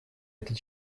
этот